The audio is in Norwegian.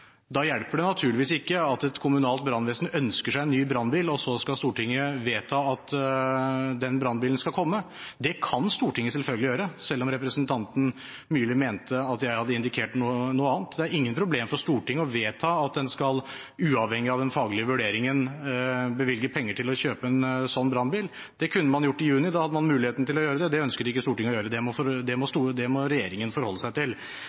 Da hjelper det naturligvis ikke at et kommunalt brannvesen ønsker seg en ny brannbil, og så skal Stortinget vedta at den brannbilen skal komme. Det kan Stortinget selvfølgelig gjøre, selv om representanten Myrli mente at jeg hadde indikert noe annet. Det er ikke noe problem for Stortinget å vedta at man, uavhengig av den faglige vurderingen, skal bevilge penger til å kjøpe en sånn brannbil. Det kunne man gjort i juni – da hadde man muligheten til å gjøre det – men det ønsket ikke Stortinget å gjøre. Det må regjeringen forholde seg til. Men når det gjelder det å legge til